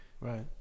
Right